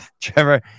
trevor